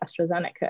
AstraZeneca